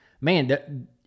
man